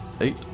eight